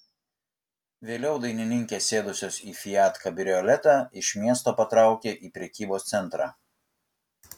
vėliau dainininkės sėdusios į fiat kabrioletą iš miesto patraukė į prekybos centrą